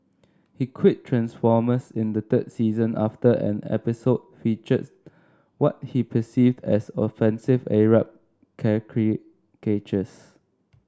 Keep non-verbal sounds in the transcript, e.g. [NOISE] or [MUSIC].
he quit transformers in the third season after an episode featured what he perceived as offensive Arab [UNINTELLIGIBLE]